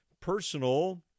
personal